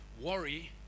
worry